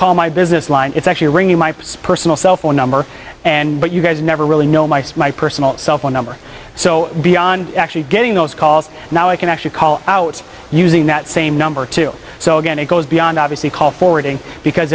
call my business line it's actually ringing my personal cell phone number and what you guys never really know my my personal cell phone number so beyond actually getting those calls now i can actually call out using that same number too so again it goes beyond obviously call forwarding because